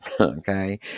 okay